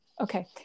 Okay